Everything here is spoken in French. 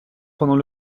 pendant